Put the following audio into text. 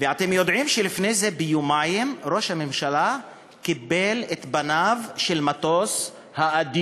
ואתם יודעים שיומיים לפני זה ראש הממשלה קיבל את פניו של המטוס "אדיר".